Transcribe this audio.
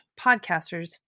podcasters